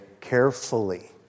carefully